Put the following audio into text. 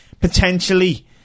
Potentially